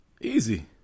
easy